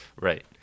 Right